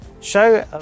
show